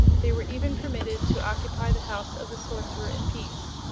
they were even permitted to occupy the house of the sorcerer in peace,